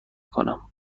کنم